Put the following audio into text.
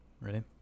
Ready